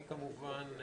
אני, כמובן,